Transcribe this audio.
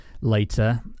later